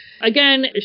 Again